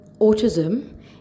autism